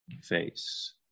face